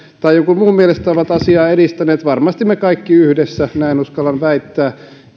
tai jonkun muun mielestä ovat asiaa edistäneet varmasti me kaikki yhdessä näin uskallan väittää